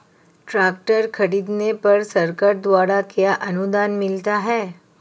Tractor खरीदने पर सरकार द्वारा क्या अनुदान मिलता है?